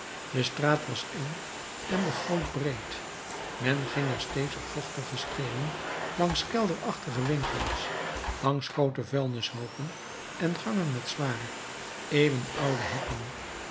de straat was eng en de goot breed men ging er steeds op vochtige steenen langs kelderachtige winkels langs groote vuilnishoopen en gangen met zware eeuwenoude hekken